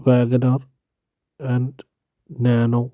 wagner and nano